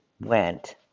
went